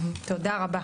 תודה רבה.